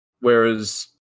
whereas